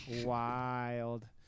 wild